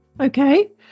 okay